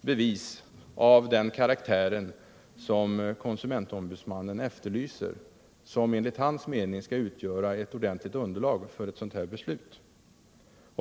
bevis av den karaktär som konsumentombudsmannen efterlyser och som enligt hans mening skulle utgöra ett ordentligt underlag för ett sådant här beslut?